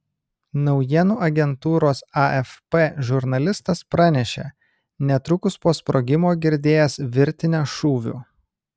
naujienų agentūros afp žurnalistas pranešė netrukus po sprogimo girdėjęs virtinę šūvių